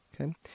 Okay